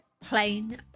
plain